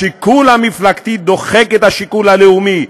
השיקול המפלגתי דוחק את השיקול הלאומי,